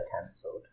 cancelled